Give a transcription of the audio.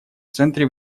центре